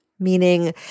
meaning